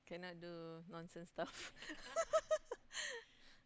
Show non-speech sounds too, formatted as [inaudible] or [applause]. cannot do nonsense stuff [laughs]